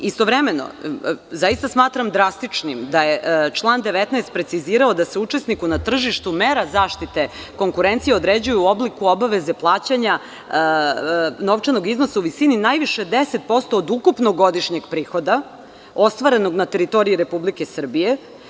Istovremeno, zaista smatram drastičnim da je član 19. precizirao da se učesniku na tržištu mera zaštite konkurencije određuje u obliku obaveze plaćanja novčanog iznosa u visini najviše 10% od ukupnog godišnjeg prihoda ostvarenog na teritoriji Republike Srbije.